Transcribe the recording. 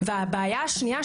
הבעיה השנייה,